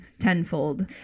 tenfold